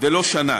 ולא שנה.